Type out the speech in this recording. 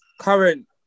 current